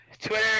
twitter